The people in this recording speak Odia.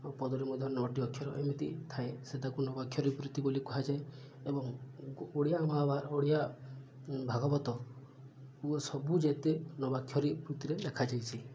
ଆର ପଦରେ ମଧ୍ୟ ନଅଟି ଅକ୍ଷର ଏମିତି ଥାଏ ସେ ତାକୁ ନବାକ୍ଷରୀ ବୃତ୍ତି ବୋଲି କୁହାଯାଏ ଏବଂ ଓଡ଼ିଆ ମହାଭାର ଓଡ଼ିଆ ଭାଗବତ ପୁଅ ସବୁ ଯେତେ ନବାକ୍ଷରୀ ବୃତ୍ତିରେ ଲେଖାଯାଇଛି